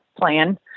plan